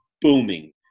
booming